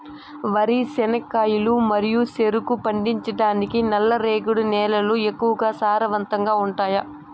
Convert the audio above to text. వరి, చెనక్కాయలు మరియు చెరుకు పండించటానికి నల్లరేగడి నేలలు ఎక్కువగా సారవంతంగా ఉంటాయా?